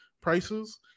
prices